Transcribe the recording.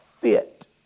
fit